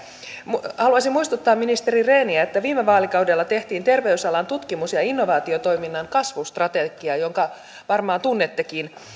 haluaisin muistuttaa ministeri rehniä että viime vaalikaudella tehtiin terveysalan tutkimus ja innovaatiotoiminnan kasvustrategia jonka varmaan tunnettekin